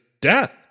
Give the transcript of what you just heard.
death